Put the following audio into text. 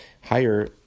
higher